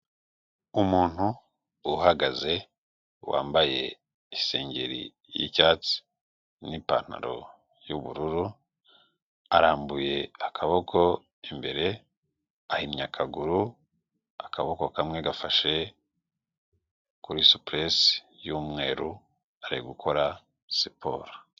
Umuntu uhagaze wambaye isengeri y'icyatsi n'ipantaro y'ubururu, arambuye akaboko imbere ahinnye akaguru, akaboko kamwe gafashe kuri sipurese y'umweru ari gukora siporo.